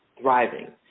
Thriving